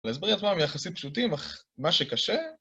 להסביר את מה הם יחסית פשוטים, אך מה שקשה...